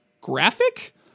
graphic